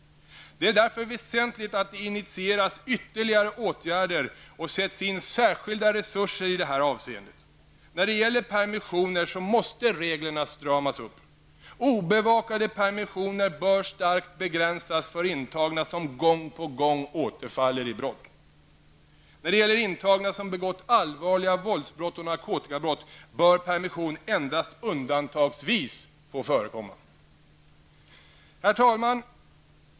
Det är därför väsentligt att det initieras ytterligare åtgärder och sätts in särskilda resurser i det här avseendet. När det gäller permissioner måste reglerna stramas upp. Obevakade permissioner bör starkt begränsas för intagna som gång på gång återfaller i brott. När det gäller intagna som begått allvarliga våldsbrott och narkotikabrott bör permission endast undantagsvis få förekomma. Herr talman!